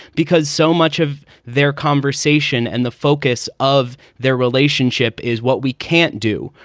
because so much of their conversation and the focus of their relationship is what we can't do.